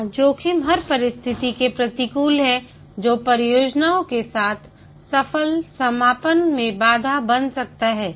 यहां जोखिम हर परिस्थिति के प्रतिकूल है जो परियोजना के सफल समापन में बाधा बन सकता है